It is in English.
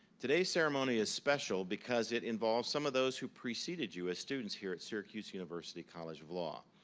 today's ceremony is special because it involves some of those who preceded you as students here at syracuse university college of law.